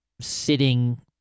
sitting